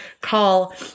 call